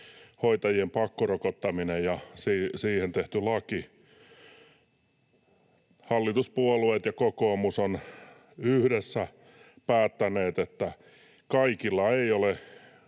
hoitajien pakkorokottaminen ja siihen tehty laki. Hallituspuolueet ja kokoomus ovat yhdessä päättäneet, että kaikilla ei ole